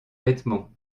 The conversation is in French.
vêtements